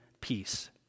peace